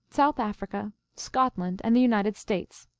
south africa, scotland, and the united states.